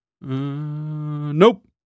Nope